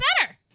better